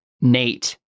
Nate